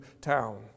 town